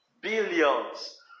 Billions